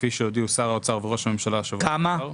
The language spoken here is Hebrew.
כפי שהודיעו שר האוצר וראש הממשלה שבוע שעבר.